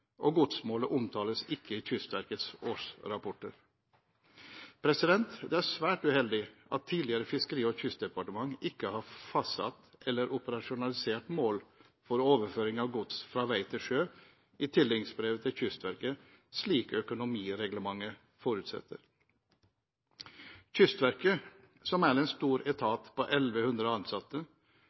og godsmålet omtales ikke i Kystverkets årsrapporter. Det svært uheldig at det tidligere Fiskeri- og kystdepartementet ikke har fastsatt eller operasjonalisert mål for overføring av gods fra vei til sjø i tildelingsbrevet til Kystverket, slik økonomireglementet forutsetter. Kystverket, som er en stor etat på 1 100 ansatte,